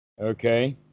Okay